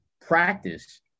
practice